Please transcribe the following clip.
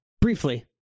Briefly